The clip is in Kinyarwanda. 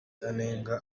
anenga